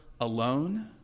alone